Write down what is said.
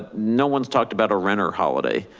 no one's talked about a renter holiday.